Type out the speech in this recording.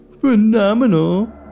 phenomenal